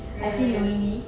mm